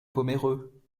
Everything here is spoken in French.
pomereux